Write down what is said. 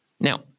Now